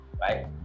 right